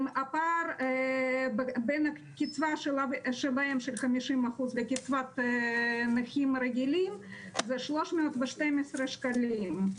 הפער בין הקצבה שלהם של 50% לקצבת נכים רגילים זה 312 שקלים.